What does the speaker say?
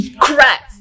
Correct